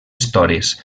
estores